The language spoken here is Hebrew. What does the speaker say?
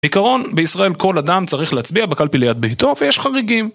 בעיקרון בישראל כל אדם צריך להצביע בקלפי ליד ביתו ויש חריגים